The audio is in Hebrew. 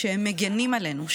שהם מגינים עלינו,